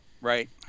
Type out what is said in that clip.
Right